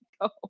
go